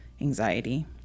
anxiety